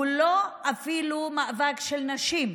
הוא אפילו לא מאבק של נשים,